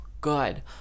good